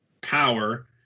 power